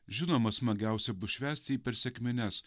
žinoma smagiausia bus švęsti jį per sekmines